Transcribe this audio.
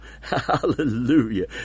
hallelujah